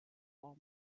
hommes